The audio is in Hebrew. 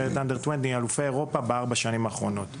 היא אלופת אירופה בארבע השנים האחרונות.